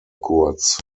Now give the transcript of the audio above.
kurz